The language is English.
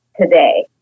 today